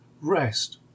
rest